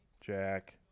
Jack